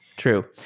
true.